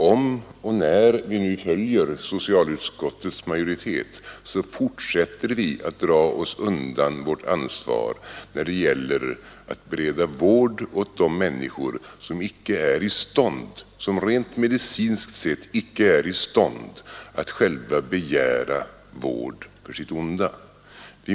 Om och när vi nu följer socialutskottets majoritet, så fortsätter vi att dra oss undan vårt ansvar när det gäller att bereda vård åt de människor, som rent medicinskt sett icke är i stånd att själva begära vård för sitt onda.